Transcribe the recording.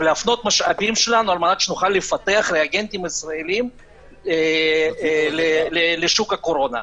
ולהפנות משאבים שלנו על מנת שנוכל לפתח ריאגנטים ישראלים לשוק הקורונה.